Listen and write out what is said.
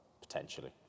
potentially